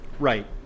Right